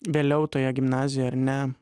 vėliau toje gimnazijoj ar ne